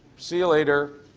see you later,